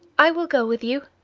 i will go with you.